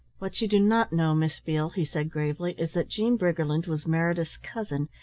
what you do not know, miss beale, he said gravely, is that jean briggerland was meredith's cousin,